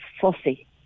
fussy